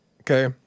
Okay